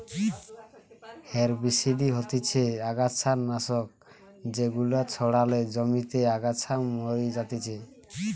herbicide হতিছে অগাছা নাশক যেগুলা ছড়ালে জমিতে আগাছা মরি যাতিছে